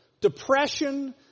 Depression